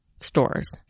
stores